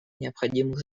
необходимых